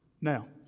Now